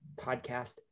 podcast